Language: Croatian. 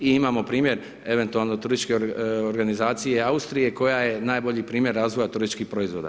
I imamo primjer eventualno turističke organizacije Austrije koja je najbolji primjer razvoja turističkih proizvoda.